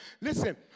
Listen